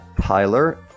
tyler